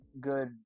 good